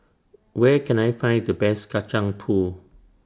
Where Can I Find The Best Kacang Pool